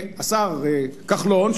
והשר כחלון,